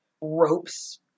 ropes